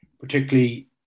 particularly